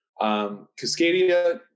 Cascadia